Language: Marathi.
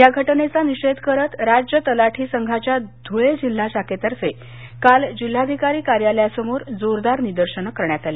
या घटनेचा निषेध करत राज्य तलाठी संघाच्या धुळे जिल्हा शाखेतर्फे काल जिल्हाधिकारी कार्यालयासमोर जोरदार निदर्शेनं करण्यात आली